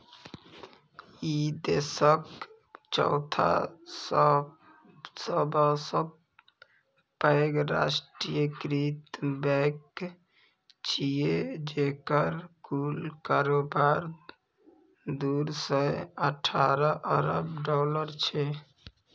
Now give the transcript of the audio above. ई देशक चौथा सबसं पैघ राष्ट्रीयकृत बैंक छियै, जेकर कुल कारोबार दू सय अठारह अरब डॉलर छै